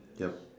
yup